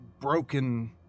broken